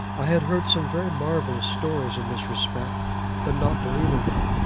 i had heard some very marvellous stories in this respect but not believing them,